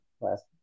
last